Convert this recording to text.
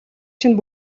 чинь